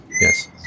yes